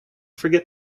forget